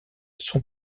son